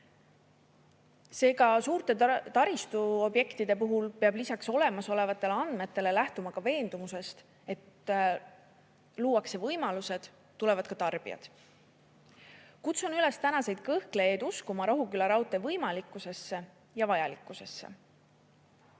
Seega suurte taristuobjektide puhul peab lisaks olemasolevatele andmetele lähtuma ka veendumusest, et kui luuakse võimalused, tulevad ka tarbijad. Kutsun üles tänaseid kõhklejaid uskuma Rohuküla raudtee võimalikkusesse ja